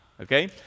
Okay